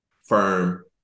firm